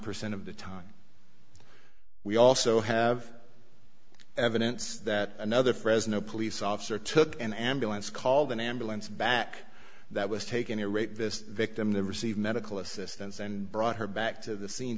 percent of the time we also have evidence that another fresno police officer took an ambulance called an ambulance back that was taken to rate this victim then received medical assistance and brought her back to the scene